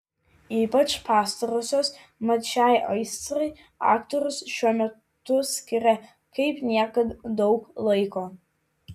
ypač pastarosios mat šiai aistrai aktorius šiuo metu skiria kaip niekad daug laiko